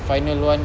final one